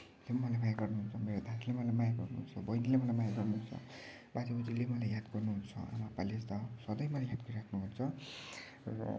ले मलाई माया गर्नुहुन्छ मेरो दाजुले मलाई माया गर्नुहुन्छ बहिनीले पनि मलाई माया गर्नुहुन्छ बाजे बोज्यूले मलाई याद गर्नुहुन्छ आमा आप्पाले त सधैँ मलाई याद गरिराख्नु हुन्छ र